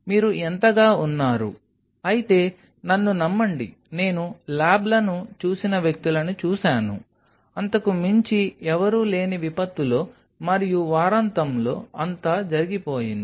మీరు ఎంతగా ఉన్నారు అంతకు మించి ఎవరూ లేని విపత్తులో మరియు వారాంతంలో అంతా జరిగిపోయింది